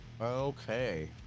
Okay